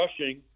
rushing